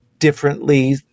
differently